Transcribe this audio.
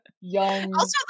young